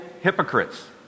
hypocrites